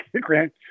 Grant